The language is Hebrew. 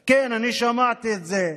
כן, אני שמעתי את זה.